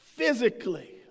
Physically